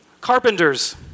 carpenters